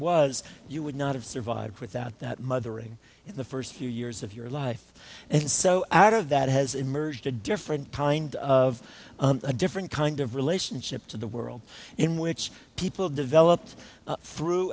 was you would not have survived without that mothering in the first few years of your life and so out of that has emerged a different kind of a different kind of relationship to the world in which people developed through